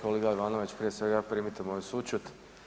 Kolega Ivanović, prije svega primite moju sućut.